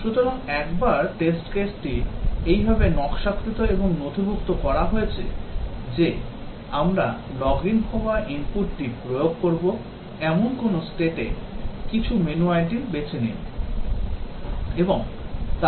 সুতরাং একবার test case টি এই ভাবে নকশাকৃত এবং নথিভুক্ত করা হয়েছে যে আমরা লগ ইন হওয়া ইনপুটটি প্রয়োগ করব এমন কোন state এ কিছু মেনু আইটেম বেছে নিন